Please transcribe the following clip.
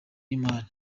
y’imari